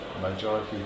majority